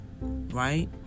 Right